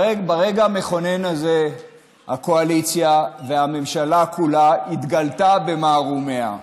ברגע המכונן הזה הקואליציה והממשלה כולה התגלתה במערומיה.